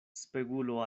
spegulo